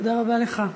תודה רבה לך.